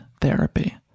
therapy